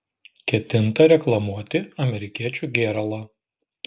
ketinta reklamuoti amerikiečių gėralą